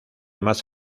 más